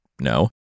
no